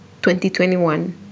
2021